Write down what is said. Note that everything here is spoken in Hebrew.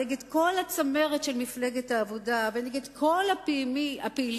נגד כל הצמרת של מפלגת העבודה ונגד כל הפעילים,